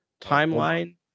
timeline